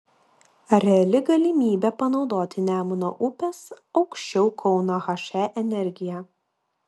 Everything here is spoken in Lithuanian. reali galimybė panaudoti nemuno upės aukščiau kauno he energiją